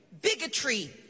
bigotry